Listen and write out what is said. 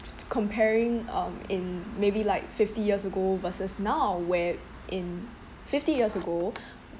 comparing um in maybe like fifty years ago versus now where in fifty years ago